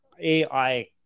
AI